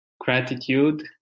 gratitude